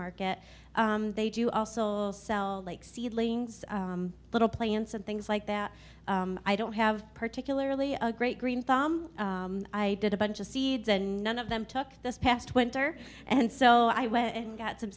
market they do also sell like seedlings little plants and things like that i don't have particularly a great green thumb i did a bunch of seeds and none of them took this past winter and so i went and got some